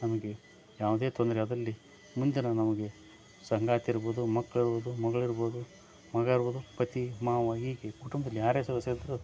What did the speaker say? ನಮಗೆ ಯಾವುದೇ ತೊಂದರೆ ಆದಲ್ಲಿ ಮುಂದಿನ ನಮಗೆ ಸಂಗಾತಿ ಇರ್ಬೋದು ಮಕ್ಳು ಇರ್ಬೋದು ಮಗ್ಳು ಇರ್ಬೋದು ಮಗ ಇರ್ಬೋದು ಪತಿ ಮಾವ ಹೀಗೆ ಕುಟುಂಬದಲ್ಲಿ ಯಾರೇ ಸದಸ್ಯ ಇದ್ದರು